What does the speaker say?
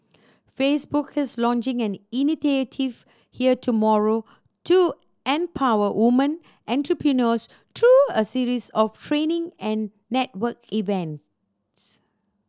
Facebook is launching an initiative here tomorrow to empower woman entrepreneurs through a series of training and networking events